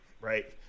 right